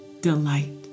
delight